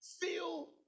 feel